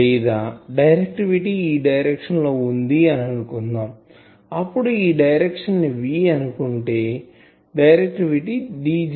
లేదా డైరెక్టివిటి ఈ డైరెక్షన్ లో వుంది అని అనుకుందాం అప్పుడు డైరెక్షన్ ని V అనుకుంటే డైరెక్టివిటి Dgt